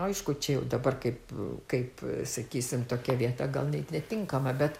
aišku čia jau dabar kaip kaip sakysim tokia vieta gal net netinkama bet